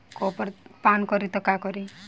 Copper पान करी त का करी?